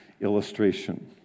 illustration